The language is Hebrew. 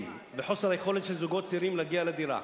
היכולת של זוגות צעירים להגיע לדירה.